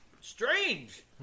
Strange